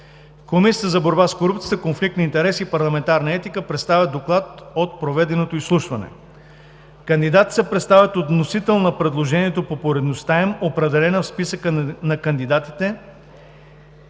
Комисията за борба с корупцията, конфликт на интереси и парламентарна етика представя доклад за проведеното изслушване. 3. Кандидатите се представят от вносител на предложението по поредността им, определена в списъка на кандидатите